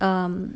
um